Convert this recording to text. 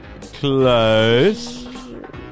Close